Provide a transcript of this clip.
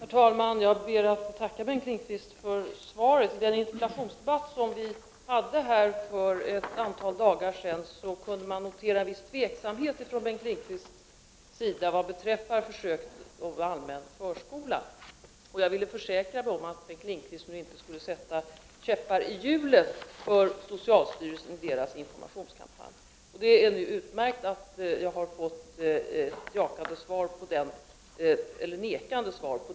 Herr talman! Jag ber att få tacka Bengt Lindqvist för svaret på min fråga. I den interpellationsdebatt som vi hade för ett antal dagar sedan kunde man notera en viss tveksamhet från Bengt Lindqvist beträffande försöken med allmän förskola. Jag har velat försäkra mig om att Bengt Lindqvist nu inte skulle sätta käppar i hjulet för socialstyrelsens informationskampanj, och det är utmärkt att jag har fått ett nekande svar på den punkten.